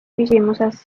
küsimuses